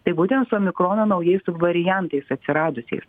tai būtent su omikrono naujais subvariantais atsiradusiais